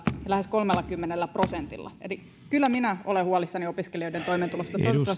lähes kolmellakymmenellä prosentilla eli kyllä minä olen huolissani opiskelijoiden toimeentulosta